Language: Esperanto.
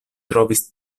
trovis